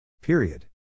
Period